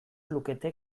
lukete